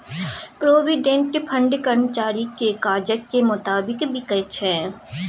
provident fund कर्मचारीक काजक मोताबिक बिकै छै